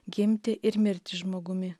gimti ir mirti žmogumi